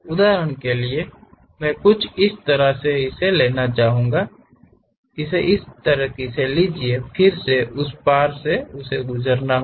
उदाहरण के लिए मैं कुछ इस तरह से लेना चाहूंगा इसे ले लीजिए फिर से उस पर से गुजरना होगा